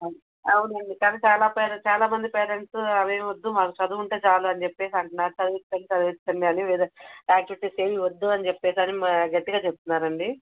అవునండి కానీ చాలా పే చాలా మంది పేరెంట్స్ అవి ఏమి వద్దు మాకు చదువు ఉంటే చాలు అని చెప్పి అంటున్నారు చదివించండి చదివించండి అని వేరే ఆక్టివిటీస్ ఏవి వద్దు అని చెప్పి అని మా గట్టిగా చెప్తున్నారు అండి